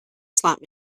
slot